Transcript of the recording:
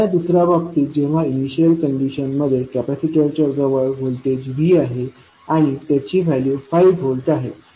आता या दुसऱ्या बाबतीत जेव्हा इनिशियल कंडिशनमध्ये कॅपॅसिटरच्या जवळ व्होल्टेज V आहे आणि त्याची व्हॅल्यू 5 व्होल्ट आहे